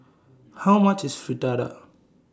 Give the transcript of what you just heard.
How much IS Fritada